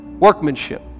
Workmanship